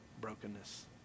brokenness